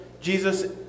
Jesus